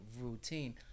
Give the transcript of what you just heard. routine